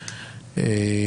כן,